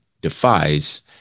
defies